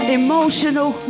emotional